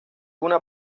una